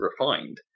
refined